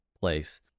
place